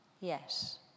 yes